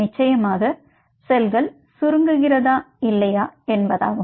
நிச்சயமாக செல்கள் சுருங்குகிறதா இல்லையா என்பதாகும்